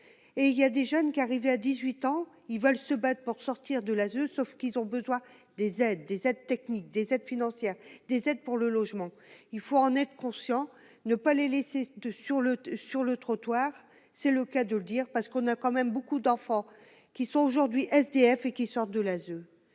et il y a des jeunes qui arrivaient à 18 ans, ils veulent se battre pour sortir de la zone, sauf qu'ils ont besoin des aides, des aides techniques des aides financières, des aides pour le logement, il faut en être conscient, ne pas les laisser de sur le, sur le trottoir, c'est le cas de le dire parce qu'on a quand même beaucoup d'enfants qui sont aujourd'hui SDF qui sortent de la